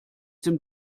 dem